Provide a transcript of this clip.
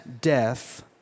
death